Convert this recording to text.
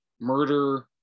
murder